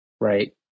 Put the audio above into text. right